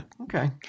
Okay